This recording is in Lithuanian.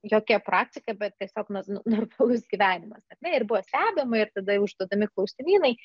jokia praktika bet tiesiog na normalus gyvenimas ar ne ir buvo stebima ir tada užduodami klausimynai